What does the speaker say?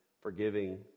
forgiving